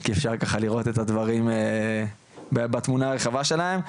כי אפשר ככה לראות את הדברים בתמונה הרחבה שלהם.